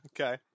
Okay